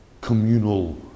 communal